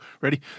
Ready